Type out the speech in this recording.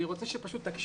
אני רוצה שתקשיבו.